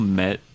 met